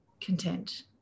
content